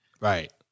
right